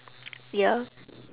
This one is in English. ya